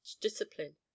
discipline